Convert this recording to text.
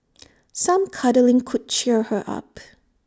some cuddling could cheer her up